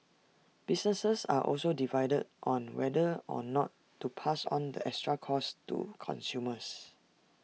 businesses are also divided on whether or not to pass on the extra costs to consumers